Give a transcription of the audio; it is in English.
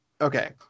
Okay